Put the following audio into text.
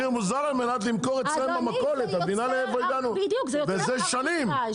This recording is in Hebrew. מוזל על מנת למכור אצלם במכולת וזה שנים ככה,